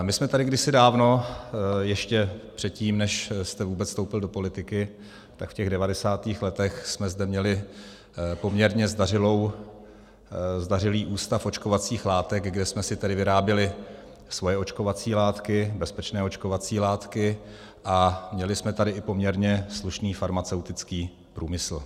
My jsme tady kdysi dávno, ještě předtím, než jste vůbec vstoupil do politiky, v těch devadesátých letech jsme zde měli poměrně zdařilý ústav očkovacích látek, kde jsme si tedy vyráběli svoje očkovací látky, bezpečné očkovací látky, a měli jsme tady i poměrně slušný farmaceutický průmysl.